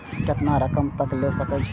केतना रकम तक ले सके छै?